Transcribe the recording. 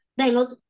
Bengals